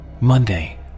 Monday